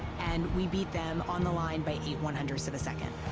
and we beat them on the line by eight one-hundredths of a second.